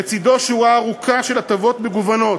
ולצדו שורה ארוכה של הטבות מגוונות.